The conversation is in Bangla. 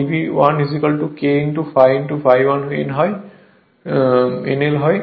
আরেকটি সমীকরণ Eb 1 K ∅ ∅1 n1 হয়